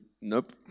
nope